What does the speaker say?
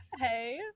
Hey